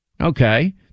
Okay